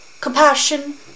compassion